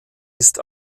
ist